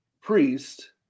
priest